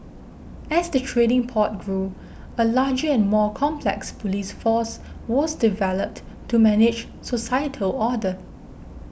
as the trading port grew a larger and more complex police force was developed to manage societal order